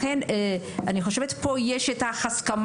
לכן אני חושבת שפה יש הסכמה,